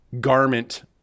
garment